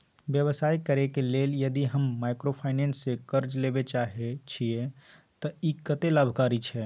व्यवसाय करे के लेल यदि हम माइक्रोफाइनेंस स कर्ज लेबे चाहे छिये त इ कत्ते लाभकारी छै?